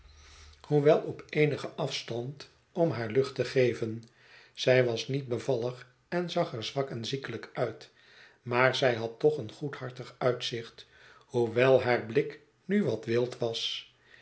hoewel op eenigen afstand om haar lucht te geven zij was niet bevallig en zag er zwak en ziekelijk uit maar zij had toch een goedhartig uitzicht hoewel haar blik nu wat wild was